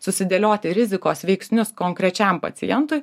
susidėlioti rizikos veiksnius konkrečiam pacientui